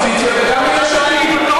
גם מהאופוזיציה וגם מיש עתיד.